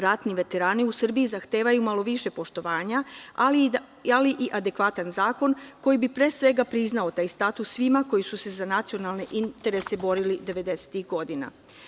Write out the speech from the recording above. Ratni veterani u Srbiji zahtevaju malo više poštovanja, ali i adekvatan zakon koji bi pre svega priznao taj status svima koji su se za nacionalne interese borili devedesetih godina.